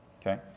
Okay